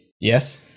Yes